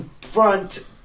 front